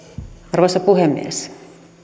arvoisa puhemies